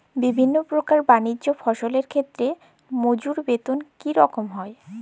বিভিন্ন প্রকার বানিজ্য ফসলের ক্ষেত্রে মজুর বেতন কী রকম হয়?